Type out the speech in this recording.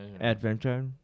Adventure